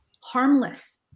harmless